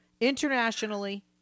internationally